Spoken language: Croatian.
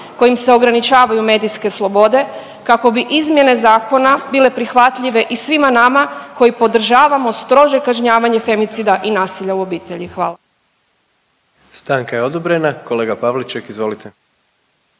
kojim se ograničavaju medijske slobode kako bi izmjene zakona bile prihvatljive i svima nama koji podržavamo strože kažnjavanje femicida i nasilja u obitelji. Hvala.